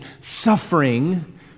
suffering